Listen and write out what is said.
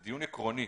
זה דיון עקרוני.